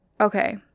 okay